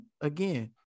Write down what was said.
again